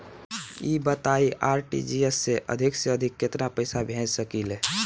ई बताईं आर.टी.जी.एस से अधिक से अधिक केतना पइसा भेज सकिले?